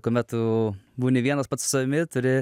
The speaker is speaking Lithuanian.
kuomet tu būni vienas pats su savimi turi